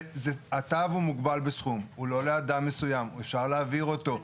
התו מוגבל בסכום והוא לא לאדם מסוים; אפשר להעביר אותו,